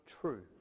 true